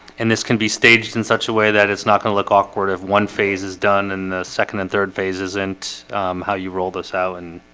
and this can be staged in such a way that it's not going to look awkward if one phase is done and the second and third phase isn't how you roll this out and